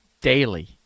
daily